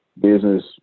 business